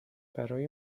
برای